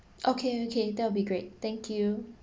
okay okay that will be great thank you